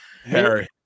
Harry